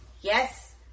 yes